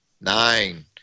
nine